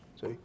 See